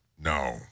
no